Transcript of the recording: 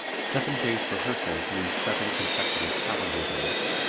seven days' rehearsals means seven consecutive calendar days,